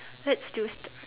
let's do st~